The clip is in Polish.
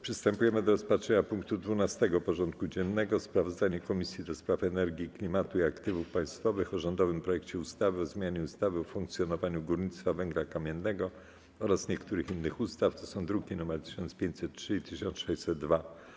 Przystępujemy do rozpatrzenia punktu 12. porządku dziennego: Sprawozdanie Komisji do Spraw Energii, Klimatu i Aktywów Państwowych o rządowym projekcie ustawy o zmianie ustawy o funkcjonowaniu górnictwa węgla kamiennego oraz niektórych innych ustaw (druki nr 1503 i 1602)